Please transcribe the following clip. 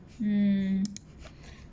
mm